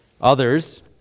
others